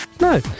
No